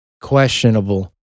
questionable